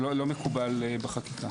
לא מקובל בחקיקה.